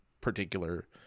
particular